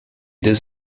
des